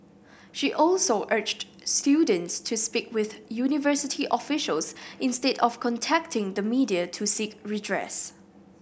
she also urged students to speak with university officials instead of contacting the media to seek redress